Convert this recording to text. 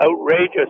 outrageous